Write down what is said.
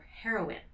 heroin